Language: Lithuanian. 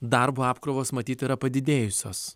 darbo apkrovos matyt yra padidėjusios